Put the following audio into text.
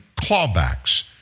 clawbacks